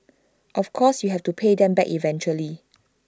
of course you have to pay them back eventually